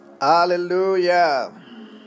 Hallelujah